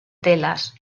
telas